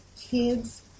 Kids